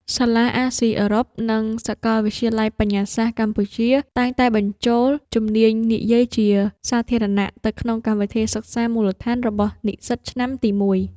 សាលាអាស៊ីអឺរ៉ុប និងសកលវិទ្យាល័យបញ្ញាសាស្ត្រកម្ពុជា តែងតែបញ្ចូលជំនាញនិយាយជាសាធារណៈទៅក្នុងកម្មវិធីសិក្សាមូលដ្ឋានរបស់និស្សិតឆ្នាំទីមួយ។